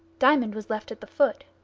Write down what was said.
diamond was left at the foot.